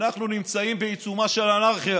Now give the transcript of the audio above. אנחנו נמצאים בעיצומה של אנרכיה